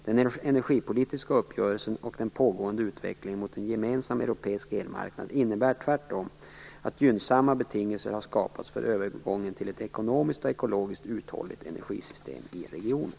Den energipolitiska uppgörelsen och den pågående utvecklingen mot en gemensam europeisk elmarknad innebär tvärtom att gynnsamma betingelser har skapats för övergången till ett ekonomiskt och ekologiskt uthålligt energisystem i regionen.